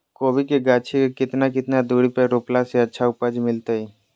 कोबी के गाछी के कितना कितना दूरी पर रोपला से अच्छा उपज मिलतैय?